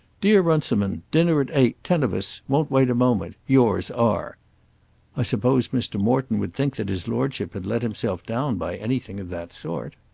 dear runciman, dinner at eight ten of us won't wait a moment. yours r i suppose mr. morton would think that his lordship had let himself down by anything of that sort?